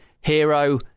Hero